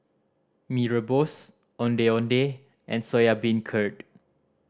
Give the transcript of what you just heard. Mee Rebus Ondeh Ondeh and Soya Beancurd